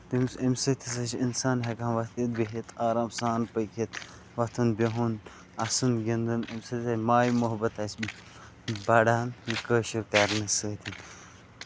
ییٚمِس أمِس سۭتۍ ہسا چھُ اِنسان ہٮ۪کان وۄتھِتھ بِہِتھ آرام سان پٔکِتھ وۄتھُن بِہُن اَسُن گِندُن اَمہِ سۭتۍ چھُ ماے محبت اَسہِ بَڑان یہِ کٲشُر کرنہٕ سۭتۍ